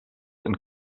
and